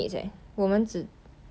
oh my god okay